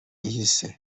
ihise